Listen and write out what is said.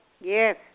Yes